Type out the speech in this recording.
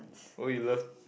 oh you love